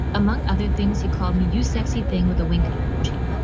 among other things, you called me you sexy thing with a wink emoji.